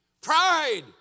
Pride